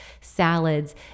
salads